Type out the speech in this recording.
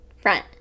Front